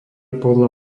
podľa